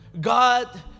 God